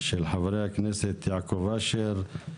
של חברי הכנסת יעקב אשר,